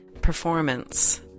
performance